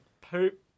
poop